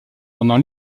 pendant